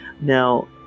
Now